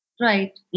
Right